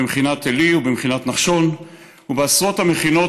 במכינת עלי ובמכינת נחשון ובעשרות המכינות